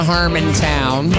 Harmontown